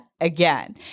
again